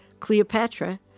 Cleopatra